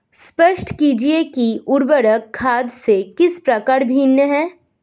स्पष्ट कीजिए कि उर्वरक खाद से किस प्रकार भिन्न है?